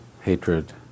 hatred